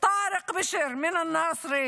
טארק בשר מנצרת,